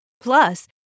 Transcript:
Plus